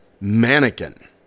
mannequin